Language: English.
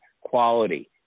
quality